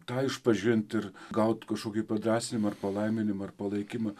tą išpažint ir gaut kažkokį padrąsinimą ar palaiminimą ar palaikymą